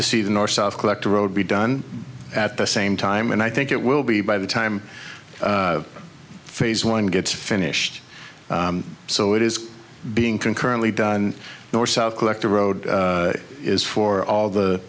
to see the north south collector road be done at the same time and i think it will be by the time phase one gets finished so it is being concurrently done north south collective road is for all the